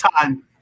Time